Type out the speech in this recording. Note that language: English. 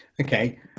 Okay